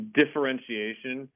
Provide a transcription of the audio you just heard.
differentiation